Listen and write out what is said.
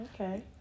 Okay